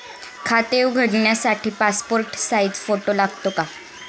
खाते उघडण्यासाठी passport size photo लागतो का?